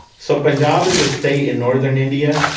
so punjab is a state in northern india.